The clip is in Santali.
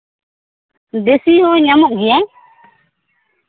ᱫᱮᱥᱤ ᱦᱚᱸ ᱧᱟᱢᱚᱜ ᱜᱮᱭᱟ